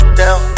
down